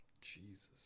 Jesus